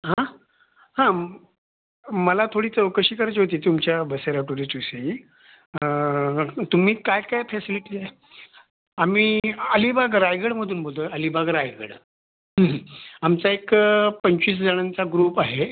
हां हां मला थोडी चौकशी करायची होती तुमच्या बसेरा टुरिस्टविषयी तुम्ही काय काय फॅसिलिटीज आम्ही अलिबाग रायगडमधून बोलतो आहे अलिबाग रायगड आमचा एक पंचवीसजणांचा ग्रुप आहे